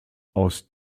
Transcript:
aus